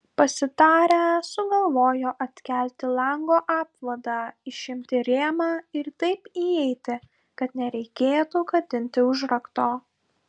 pasitarę sugalvojo atkelti lango apvadą išimti rėmą ir taip įeiti kad nereikėtų gadinti užrakto